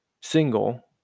single